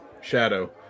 Shadow